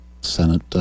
Senate